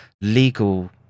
Legal